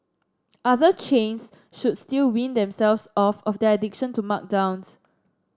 other chains should still wean themselves off of their addiction to markdowns